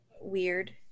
weird